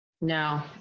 No